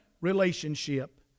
relationship